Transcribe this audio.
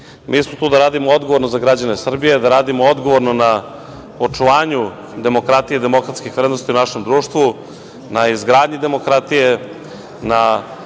smo tu da radimo odgovorno za građane Srbije, da radimo odgovorno na očuvanju demokratije i demokratskih vrednosti u našem društvu, na izgradnji demokratije,